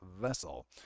Vessel